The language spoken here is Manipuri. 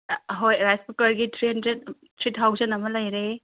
ꯑꯍꯣꯏ ꯔꯥꯏꯁ ꯀꯨꯀꯔꯒꯤ ꯊ꯭ꯔꯤ ꯍꯟꯗ꯭ꯔꯦꯠ ꯊ꯭ꯔꯤ ꯊꯥꯎꯖꯟ ꯑꯃ ꯂꯩꯔꯦ